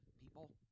people